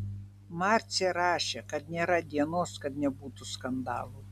marcė rašė kad nėra dienos kad nebūtų skandalų